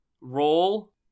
roll